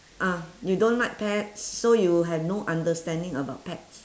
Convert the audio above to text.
ah you don't like pets so you have no understanding about pets